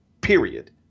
period